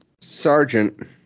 sergeant